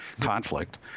conflict